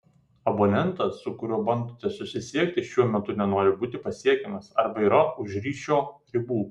abonentas su kuriuo bandote susisiekti šiuo metu nenori būti pasiekiamas arba yra už ryšio ribų